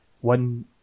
One